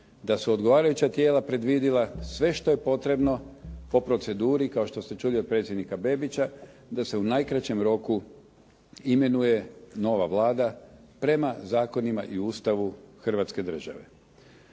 da su odgovarajuća tijela predvidila sve što je potrebno po proceduri, kao što ste čuli od predsjednika Bebića, da se u najkraćem roku imenuje nova Vlada prema zakonima i Ustavu Hrvatske Države.